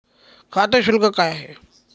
खाते शुल्क काय आहे?